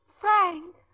Frank